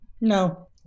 No